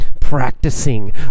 practicing